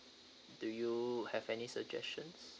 do you have any suggestions